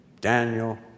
Daniel